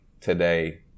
today